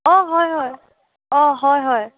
অ হয় হয় অ হয় হয়